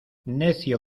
necio